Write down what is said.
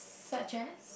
such as